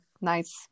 nice